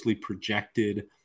projected